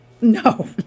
No